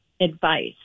advice